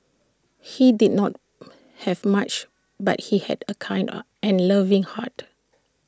he did not have much but he had A kind up and loving heart